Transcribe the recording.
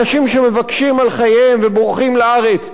אנשים שמבקשים על חייהם ובורחים לארץ,